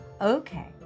okay